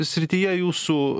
srityje jūsų